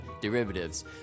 derivatives